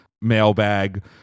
mailbag